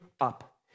up